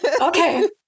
Okay